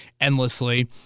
endlessly